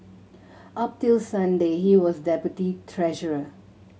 up till Sunday he was deputy treasurer